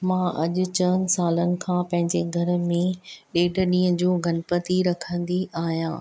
मां अॼु चयनि सालनि खां पंहिंजे घर में ॾेढु ॾींहनि जो गणपति रखंदी आहियां